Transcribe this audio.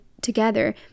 together